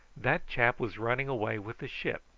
that chap was running away with the ship,